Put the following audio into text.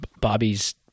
Bobby's